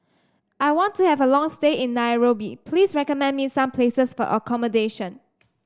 I want to have a long stay in Nairobi please recommend me some places for accommodation